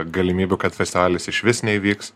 galimybių kad festivalis išvis neįvyks